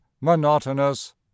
monotonous